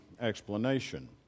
explanation